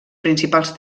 principals